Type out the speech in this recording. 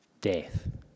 death